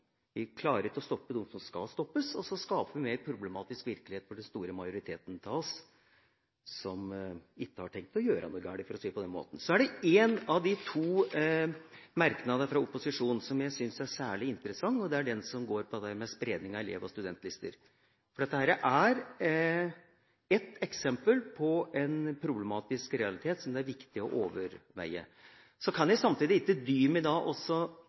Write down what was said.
Vi klarer ikke å stoppe dem som skal stoppes, og så skaper vi en mer problematisk virkelighet for den store majoriteten av oss som ikke har tenkt å gjøre noe galt, for å si det på den måten. Så er det én av de to merknadene fra opposisjonen som jeg syns er særlig interessant, og det er den som går på dette med spredning av elev- og studentlister, for dette er ett eksempel på en problematisk realitet som det er viktig å overveie. Jeg kan samtidig ikke dy meg for å minne litt om at i